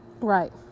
Right